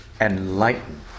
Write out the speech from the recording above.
enlighten